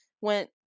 went